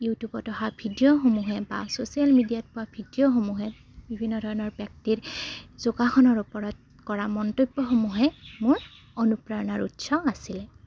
ইউটিউবত অহা ভিডিঅ'সমূহে বা ছ'চিয়েল মিডিয়াত পোৱা ভিডিঅ'সমূহে বিভিন্ন ধৰণৰ ব্যক্তিৰ যোগাসনৰ ওপৰত কৰা মন্তব্যসমূহে মোৰ অনুপ্ৰেৰণাৰ উৎস আছিলে